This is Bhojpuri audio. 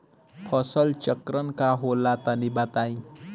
फसल चक्रण का होला तनि बताई?